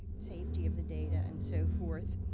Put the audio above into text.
safety of the data and so forth.